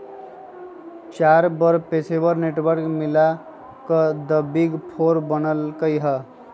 चार बड़ पेशेवर नेटवर्क मिलकर द बिग फोर बनल कई ह